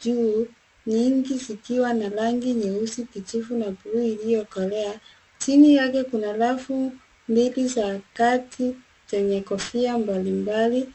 juu nyingi, zikiwa na rangi nyeusi, kijivu na blue iliokolea. Chini yake kuna rafu mbili za kati zenye kofia mbalimbali.